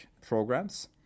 programs